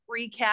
recap